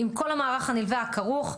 עם כל המערך הנלווה הכרוך,